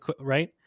right